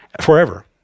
Forever